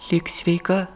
lik sveika